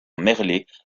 merlet